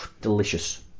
delicious